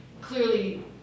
Clearly